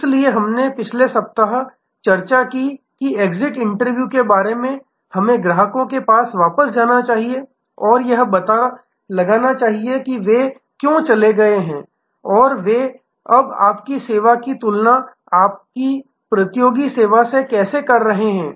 इसलिए हमने पिछले सप्ताह चर्चा की कि एग्जिट इंटरव्यू के बारे में हमें ग्राहकों के पास वापस जाना चाहिए और यह पता लगाना चाहिए कि वे क्यों चले गए और वे अब आपकी सेवा की तुलना आपकी प्रतियोगी सेवा से कैसे कर रहे हैं